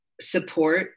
support